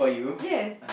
yes